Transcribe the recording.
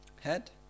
Head